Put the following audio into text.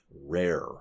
rare